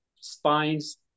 spines